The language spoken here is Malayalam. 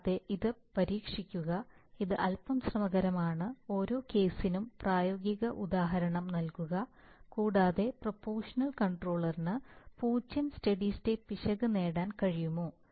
കൂടാതെ ഇത് പരീക്ഷിക്കുക ഇത് അൽപ്പം ശ്രമകരമാണ് ഓരോ കേസിനും പ്രായോഗിക ഉദാഹരണം നൽകുക കൂടാതെ പ്രൊപോഷണൽ കൺട്രോളറിന് പൂജ്യം സ്റ്റെഡി സ്റ്റേറ്റ് പിശക് നേടാൻ കഴിയുമോ